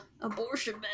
abortion